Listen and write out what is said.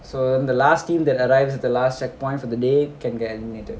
so the last team that arrives at the last checkpoint for the day can get anything